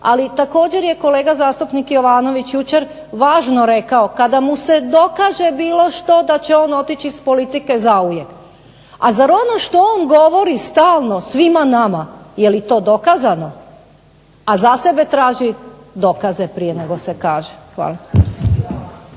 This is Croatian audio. Ali također je kolega zastupnik Jovanović jučer važno rekao kada mu se dokaže bilo što da će on otići iz politike zauvijek. A zar ono što on govori stalno svima nama, jeli to dokazano, a za sebe traži dokaze prije nego se kaže. Hvala.